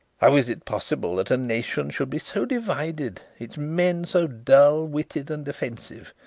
how is it possible that a nation should be so divided its men so dull-witted and offensive,